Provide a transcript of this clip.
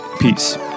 Peace